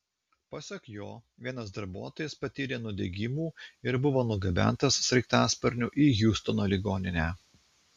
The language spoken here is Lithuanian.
pasak jo vienas darbuotojas patyrė nudegimų ir buvo nugabentas sraigtasparniu į hjustono ligoninę